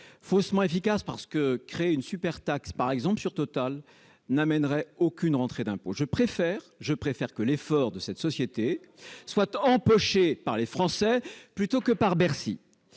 faussement efficace parce que créer une super taxe par exemple sur Total n'amènerait aucune rentrée d'impôts, je préfère, je préfère que l'effort de cette société soit empochés par les Français plutôt que par Bercy